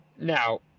Now